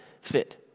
fit